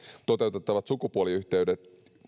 toteutettavat sukupuoliyhteyden